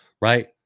Right